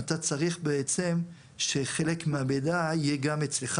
אתה צריך בעצם שחלק מהמידע יהיה גם אצלך